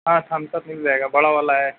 ہاں Thums Up مِل جائے گا بڑا والا ہے